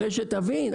הרי שתבין,